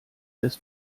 des